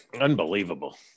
Unbelievable